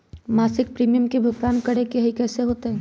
मासिक प्रीमियम के भुगतान करे के हई कैसे होतई?